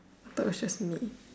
but it was just me